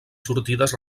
sortides